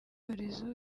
cyorezo